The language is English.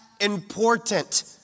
important